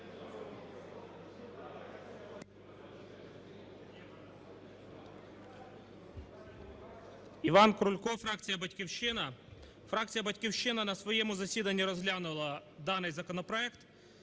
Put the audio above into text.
Іван Крулько, фракція "Батьківщина". Фракція "Батьківщина" на своєму засіданні розглянула даний законопроект